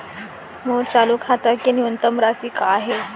मोर चालू खाता के न्यूनतम राशि का हे?